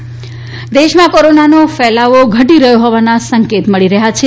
corona દેશમાં કોરોનાનો ફેલાવો ઘટી રહ્યો હોવાના સંકેત મળી રહ્યા છે